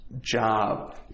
job